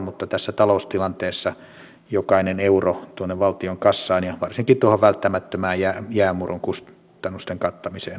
mutta tässä taloustilanteessa jokainen euro tuonne valtion kassaan ja varsinkin tuohon välttämättömään jäänmurron kustannusten kattamiseen on tarpeen